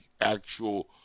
actual